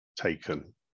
taken